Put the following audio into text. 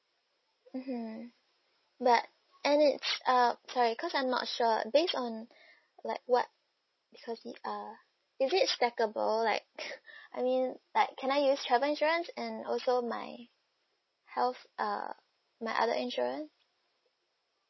mmhmm but and it's uh sorry cause I'm not sure based on like what because we are is it stackable like I mean like can I use travel insurance and also my health uh my other insurance